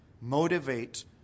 motivate